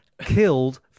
killed